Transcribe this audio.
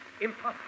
Impossible